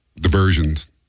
diversions